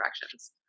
directions